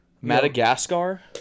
madagascar